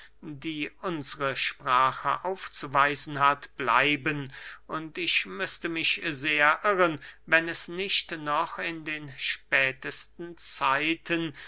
die unsre sprache aufzuweisen hat bleiben und ich müßte mich sehr irren wenn es nicht noch in den spätesten zeiten